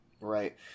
Right